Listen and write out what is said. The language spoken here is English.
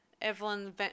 Evelyn